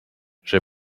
j’ai